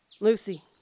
Lucy